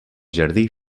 jardí